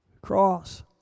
cross